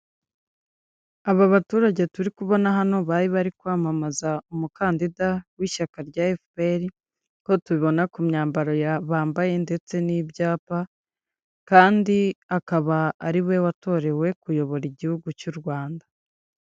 Aba baturage turi kubona hano, bari bari kwamamaza umukandida w'ishyaka rya FPR nk'uko tubibona ku myambaro bambaye ndetse n'ibyapa kandi akaba ari we watorewe kuyobora igihugu cy'u Rwanda.